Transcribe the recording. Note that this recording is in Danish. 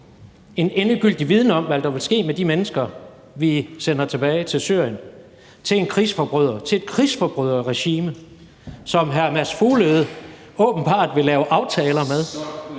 en endegyldig viden om, hvad der vil ske med de mennesker, som vi sender tilbage til Syrien og til en krigsforbryder og et krigsforbryderregime, som hr. Mads Fuglede åbenbart vil lave aftaler med?